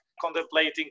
contemplating